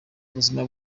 ubuzima